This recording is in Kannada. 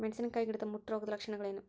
ಮೆಣಸಿನಕಾಯಿ ಗಿಡದ ಮುಟ್ಟು ರೋಗದ ಲಕ್ಷಣಗಳೇನು?